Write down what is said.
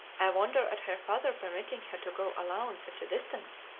i wonder at her father permitting her to go alone such a distance.